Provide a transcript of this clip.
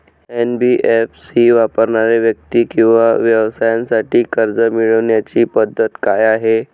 NBFC वापरणाऱ्या व्यक्ती किंवा व्यवसायांसाठी कर्ज मिळविण्याची पद्धत काय आहे?